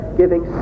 giving